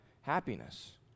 happiness